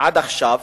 עד עכשיו,